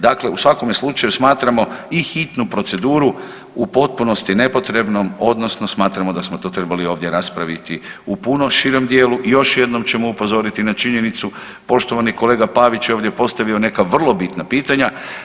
Dakle, u svakome slučaju smatrao i hitnu proceduru u potpunosti nepotrebnom odnosno smatramo da smo to trebali ovdje raspraviti u puno širem dijelu i još jednom ćemo upozoriti na činjenicu, poštovani kolega Pavić je ovdje postavio neka vrlo bitna pitanja.